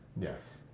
Yes